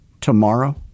tomorrow